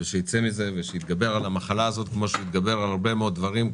ושייצא מזה ושיתגבר על המחלה הזאת כמו שהוא התגבר על הרבה מאוד דברים,